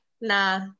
Nah